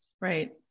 Right